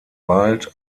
wald